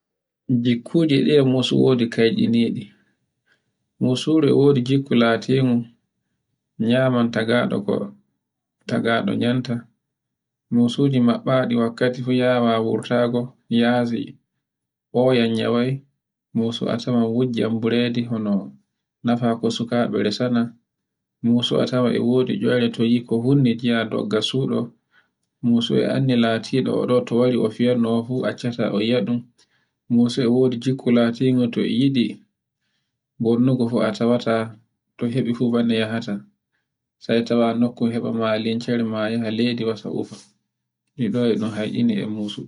Jikkujiɗe mosu wodi kaydiniɗe, mosuru wodi gikku latingu, nyaman tagaɗo ko tagaɗo nyamta. Musuji maɓɓaɗi wakkati fu yawa wurtago yasi, o yenyewe, mosu a tawa wujjan buredi hono ko nafaku sukaɓe resana, musuwa e tawan e wodi eyeure, ko yi ko hunni ngiya dogga suɗo. musu e annda latiɗo o ɗo to wari fiyano o fu accata o yiyaɗum. mosu e wodi jukku latiɗugo to yiɗi bonnugo fu a tawata to heɓi fu banne yahata. sai tawa nokku heɓema limcere ma yaha leydi warta urto. e ɗo e ɗun hayccini e musu.